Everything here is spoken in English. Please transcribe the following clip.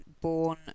born